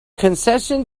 concession